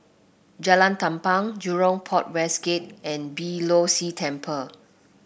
Jalan Tampang Jurong Port West Gate and Beeh Low See Temple